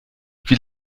wie